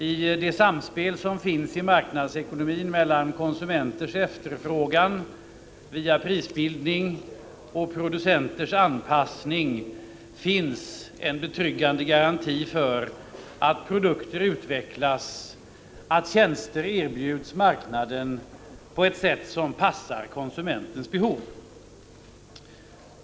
I det samspel som finns i marknadsekonomin mellan konsumenters efterfrågan via prisbildning och producenters anpassning finns en betryggande garanti för att produkter utvecklas, att tjänster erbjuds marknaden på ett sätt som passar konsumentens behov.